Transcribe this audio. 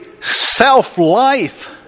self-life